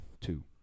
two